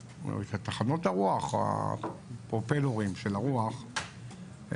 תחנות הרוח או הפרופלורים של הרוח יותר